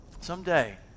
someday